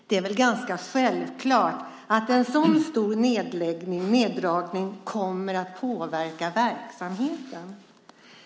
Det är väl ganska självklart att en så stor neddragning kommer att påverka verksamheten.